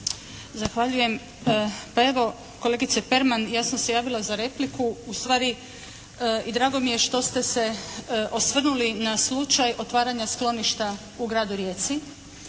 Zahvaljujem. Pa evo, kolegice Perman ja sam se javila za repliku ustvari i drago mi je što ste se osvrnuli na slučaj otvaranja skloništa u gradu Rijeci.